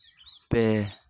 ᱯᱮ